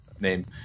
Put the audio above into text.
name